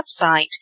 website